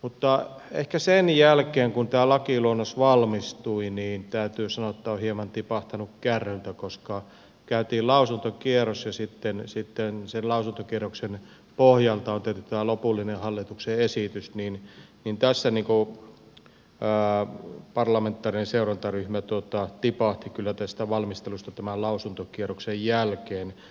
mutta täytyy sanoa että ehkä sen jälkeen kun tämä lakiluonnos valmistui olen hieman tipahtanut kärryiltä koska käytiin lausuntokierros ja sitten sen lausuntokierroksen pohjalta on tehty tämä lopullinen hallituksen esitys tässä parlamentaarinen seurantaryhmä tipahti kyllä tästä valmistelusta tämän lausuntokierroksen jälkeen